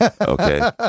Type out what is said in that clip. Okay